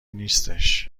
نیستش